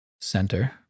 Center